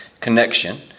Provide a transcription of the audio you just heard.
Connection